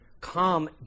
Come